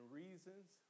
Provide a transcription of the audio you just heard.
reasons